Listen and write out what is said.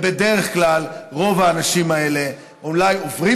בדרך כלל רוב האנשים האלה אולי עוברים